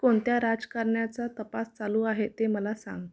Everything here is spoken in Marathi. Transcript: कोणत्या राजकारण्याचा तपास चालू आहे ते मला सांग